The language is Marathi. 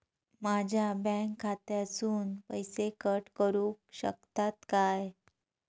माझ्या बँक खात्यासून पैसे कट करुक शकतात काय?